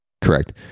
correct